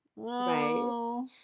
Right